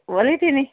ಹೊಲಿತಿನಿ